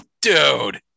dude